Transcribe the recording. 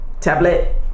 tablet